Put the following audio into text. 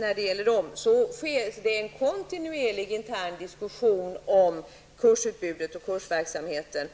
Jag vet att det inom dessa sker en kontinuerlig intern diskussion om kursutbudet och kursverksamheten.